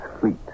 fleet